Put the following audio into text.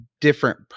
different